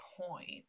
point